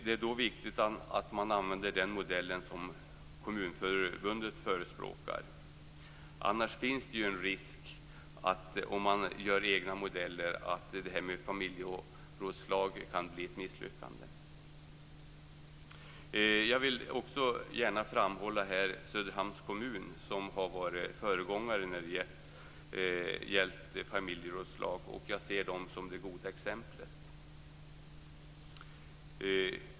Det är då viktigt att man använder den modell som Kommunförbundet förespråkar. Annars, om man gör egna modeller, finns det en risk att det här med familjerådslag kan bli ett misslyckande. Jag vill gärna framhålla Söderhamns kommun som föregångare när det gäller familjerådslag. Jag ser dem som det goda exemplet.